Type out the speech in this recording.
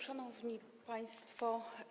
Szanowni Państwo!